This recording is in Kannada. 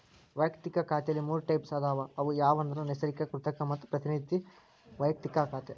ವಯಕ್ತಿಕ ಖಾತೆಲಿ ಮೂರ್ ಟೈಪ್ಸ್ ಅದಾವ ಅವು ಯಾವಂದ್ರ ನೈಸರ್ಗಿಕ, ಕೃತಕ ಮತ್ತ ಪ್ರತಿನಿಧಿ ವೈಯಕ್ತಿಕ ಖಾತೆ